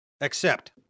accept